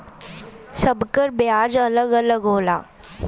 सब कर बियाज अलग अलग होला